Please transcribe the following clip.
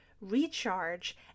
recharge